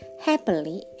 happily